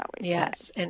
Yes